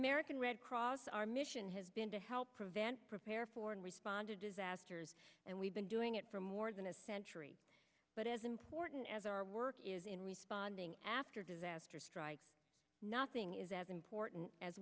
american red cross our mission has been to help prevent prepare for and respond to disasters and we've been doing it for more than a century but as important as our work is in responding after disaster strikes nothing is as important as